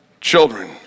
children